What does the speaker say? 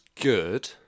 good